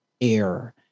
air